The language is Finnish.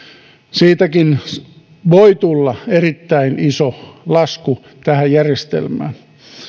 siitäkin voi tulla erittäin iso lasku tähän järjestelmään